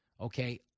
okay